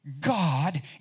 God